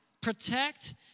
protect